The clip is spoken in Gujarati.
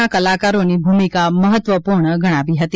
ના કલાકારોની ભૂમિકા મહત્વ પૂર્ણ ગણાવી હતી